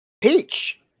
Peach